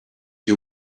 you